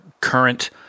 current